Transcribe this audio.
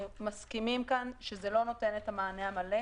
אנחנו מסכימים כאן שזה לא נותן את המענה המלא,